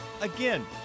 Again